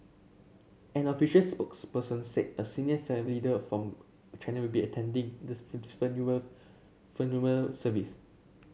an official spokesperson said a senior leader from China will be attending the funeral funeral service